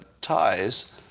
ties